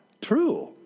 true